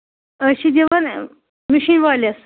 أسی چھِ دِوان مِشیٖن وٲلِس